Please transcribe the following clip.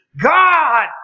God